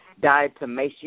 diatomaceous